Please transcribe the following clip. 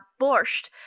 borscht